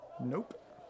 nope